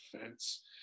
fence